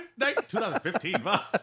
2015